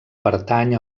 pertany